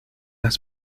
las